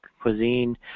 cuisine